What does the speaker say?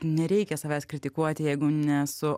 nereikia savęs kritikuoti jeigu nesu